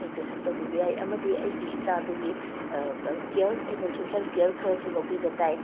ꯑꯩ ꯇ꯭ꯌꯨꯁꯟ ꯇꯧꯕꯤꯕ ꯌꯥꯏ ꯑꯃꯗꯤ ꯑꯩꯒꯤ ꯏꯆꯥꯗꯨꯒꯤ ꯀꯤꯌꯔ ꯑꯩꯅꯁꯦ ꯍꯦꯜꯊ ꯀꯤꯌꯔ ꯈꯔꯁꯨ ꯂꯧꯕꯤꯕ ꯇꯥꯏ